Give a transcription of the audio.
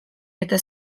eta